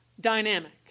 dynamic